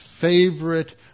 favorite